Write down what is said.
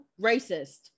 racist